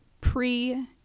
pre